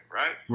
right